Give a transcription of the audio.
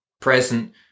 present